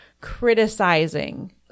criticizing